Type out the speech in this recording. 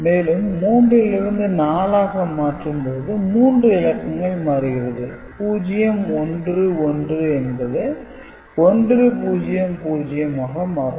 மேலும் 3 லிருந்து 4 ஆக மாற்றும் போது மூன்று இலக்கங்கள் மாறுகிறது 0 1 1 என்பது 1 0 0 ஆக மாறும்